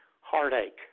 Heartache